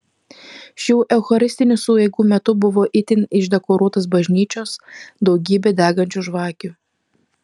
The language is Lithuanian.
šių eucharistinių sueigų metu buvo itin išdekoruotos bažnyčios daugybė degančių žvakių